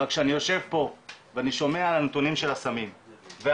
אבל כשאני יושב פה ואני שומע על הנתונים של הסמים והאלכוהול,